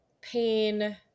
pain